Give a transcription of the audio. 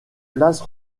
place